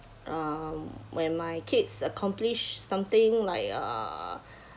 um when my kids accomplish something like a